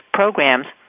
programs